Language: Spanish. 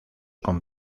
con